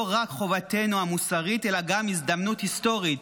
רק חובתנו המוסרית אלא גם הזדמנות היסטורית.